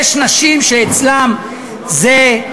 יש נשים שאצלן זה,